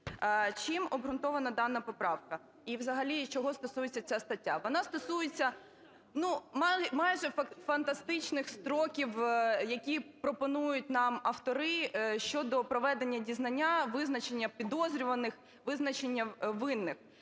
Чим обґрунтована дана поправка і взагалі чого стосується ця стаття? Вона стосується, ну, майже фантастичних строків, які пропонують нам автори щодо проведення дізнання, визначення підозрюваних, визначення винних.